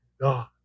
God